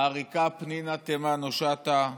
העריקה פנינה תמנו שטה,